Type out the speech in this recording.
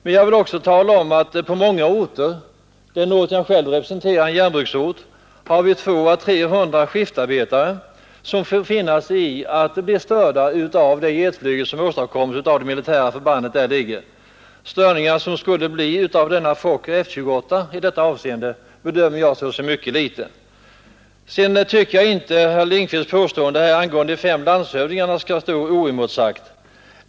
Den ort jag själv representerar är en järnbruksort. Där finns 200-300 skiftarbetare som får finna sig i att bli störda av jetflygningar av det militära förband som är förlagt dit. De störningar som skulle åstadkommas av denna Fokker F-28 bedömer jag som mycket små. Jag tycker inte att herr Lindkvists påstående om de fem landshövdingarna skall få stå oemotsagt.